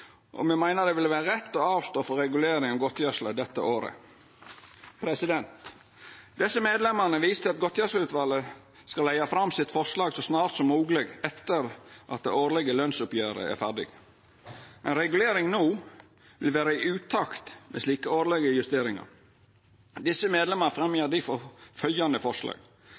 og me meiner det vil vera rett å avstå frå regulering av godtgjersle dette året. Desse medlemene viser vidare til at godtgjersleutvalet skal leggja fram forslaget sitt så snart som mogleg etter at det årlege lønsoppgjeret er ferdig. Ei regulering no vil vera i utakt med slike årlege justeringar. Desse medlemene fremjar difor følgjande forslag: